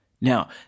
Now